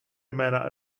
jména